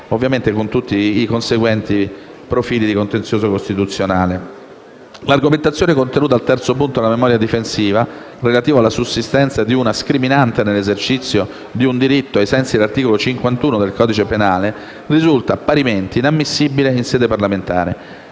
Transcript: (ovviamente con tutti i conseguenti profili di contenzioso costituzionale). L'argomentazione contenuta al terzo punto della memoria difensiva, relativo alla sussistenza di una scriminante dell'esercizio di un diritto ai sensi dell'articolo 51 del codice penale, risulta parimenti inammissibile in sede parlamentare.